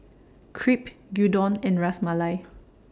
Crepe Gyudon and Ras Malai